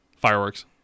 Fireworks